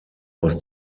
was